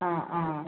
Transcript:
ആ ആ